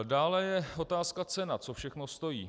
Dále je otázkou cena, co to všechno stojí.